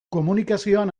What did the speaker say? komunikazioan